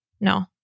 no